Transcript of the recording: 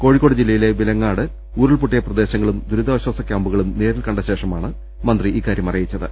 കോഴിക്കോട് ജില്ലയിലെ വിലങ്ങാട് ഉരുൾപൊട്ടിയ പ്രദേശങ്ങളും ദുരിതാശ്വാസ കൃാംപുകളും നേരിൽകണ്ട ശേഷമാണ് മന്ത്രി ഇക്കാര്യം അറിയിച്ചത്